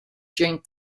during